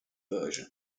version